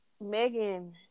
Megan